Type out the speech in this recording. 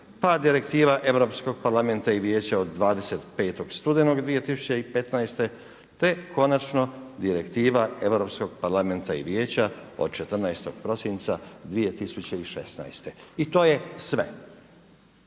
pa Direktiva Europskog parlamenta i Vijeća od 25. studenog od 2015. te konačno Direktiva Europskog parlamenta i vijeća od 14. prosinca 2016. i to je sve.